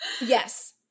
Yes